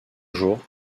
jours